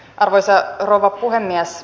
arvoisa rouva puhemies